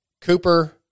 Cooper